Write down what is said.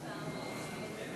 ההצבעה: 44 מתנגדים,